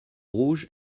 rouge